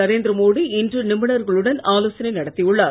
நரேந்திரமோடிஇன்றுநிபுணர்களுடன்ஆலோசனைநடத்தியுள்ளார்